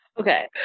Okay